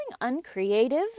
uncreative